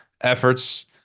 efforts